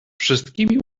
wszystkimi